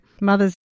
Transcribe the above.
mothers